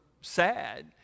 sad